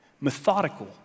methodical